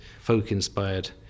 folk-inspired